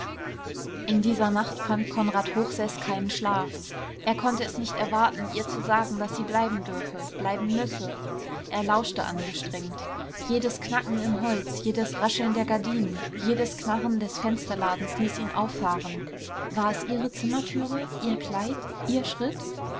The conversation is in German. in dieser nacht fand konrad hochseß keinen schlaf er konnte es nicht erwarten ihr zu sagen daß sie bleiben dürfe bleiben müsse er lauschte angestrengt jedes knacken im holz jedes rascheln der gardinen jedes knarren des fensterladens ließ ihn auffahren war es ihre zimmertüre ihr kleid ihr schritt